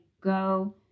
go